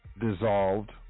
dissolved